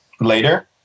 later